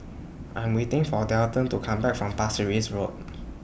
I Am waiting For Dalton to Come Back from Pasir Ris Road